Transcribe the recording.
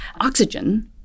oxygen